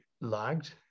lagged